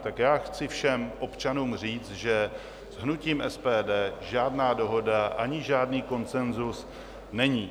Tak já chci všem občanům říct, že s hnutím SPD žádná dohoda ani žádný konsenzus není.